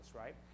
right